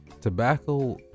Tobacco